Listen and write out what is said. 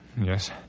Yes